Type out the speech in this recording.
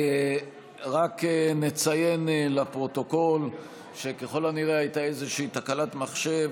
רק נציין לפרוטוקול שככל הנראה הייתה איזושהי תקלת מחשב